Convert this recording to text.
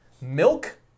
milk